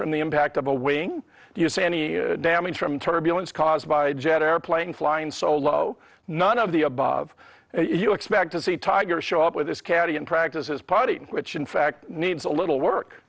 from the impact of the wing do you say any damage from turbulence caused by jet airplane flying solo none of the above you expect to see tiger show up with this caddy and practices party which in fact needs a little work